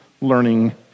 learning